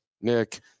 nick